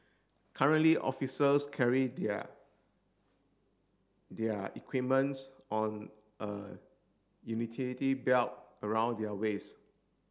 currently officers carry their their equipments on a utility belt around their waist